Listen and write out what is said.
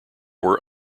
were